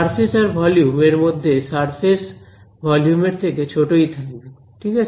surface আর volume এর মধ্যে সারফেস ভলিউম এর থেকে ছোটই থাকবে ঠিক আছে